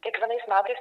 kiekvienais metais